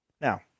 Now